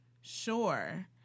Sure